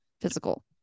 physical